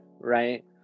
right